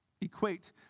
equate